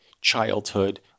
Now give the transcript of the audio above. childhood